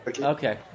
Okay